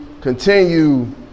continue